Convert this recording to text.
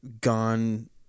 gone